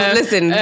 listen